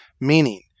Meaning